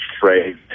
phrase